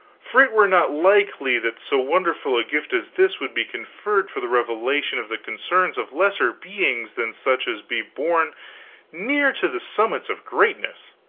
for it were not likely that so wonderful a gift as this would be conferred for the revelation of the concerns of lesser beings than such as be born near to the summits of greatness.